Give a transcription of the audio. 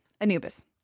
Anubis